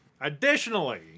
additionally